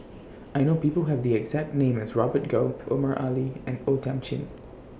I know People Who Have The exact name as Robert Goh Omar Ali and O Thiam Chin